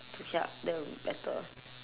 to help that will be better